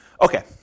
Okay